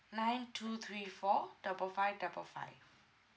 nine two three four double five double five